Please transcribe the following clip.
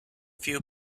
few